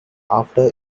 after